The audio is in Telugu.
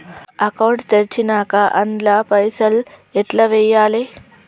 అకౌంట్ తెరిచినాక అండ్ల పైసల్ ఎట్ల వేయాలే?